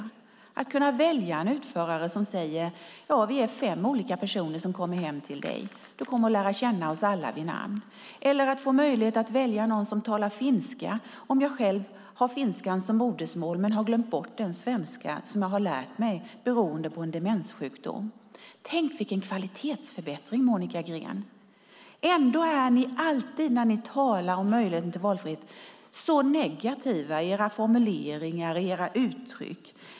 I stället ska de kunna välja en utförare som säger: Vi är fem olika personer som kommer hem till dig - du kommer att lära känna oss alla vid namn. Eller så kan de få möjlighet att välja någon som talar finska, om de själva har finska som modersmål men beroende på en demenssjukdom har glömt bort den svenska de lärt sig. Tänk vilken kvalitetsförbättring, Monica Green! Ändå är ni alltid så negativa i era formuleringar och uttryck när ni talar om möjligheten till valfrihet.